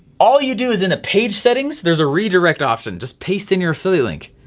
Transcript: all you do is in a page settings, there's a redirect option, just paste in your affiliate link.